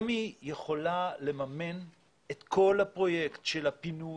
היא יכולה לממן את כל הפרויקט של הפינוי,